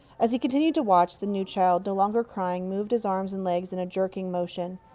as he continued to watch, the newchild, no longer cry ing, moved his arms and legs in a jerking motion.